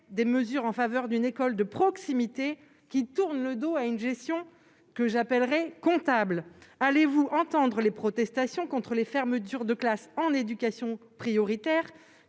des mesures en faveur d'une école de proximité, qui tourne le dos à une gestion « comptable ». Allez-vous entendre les protestations contre les fermetures de classe en éducation prioritaire,